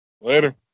Later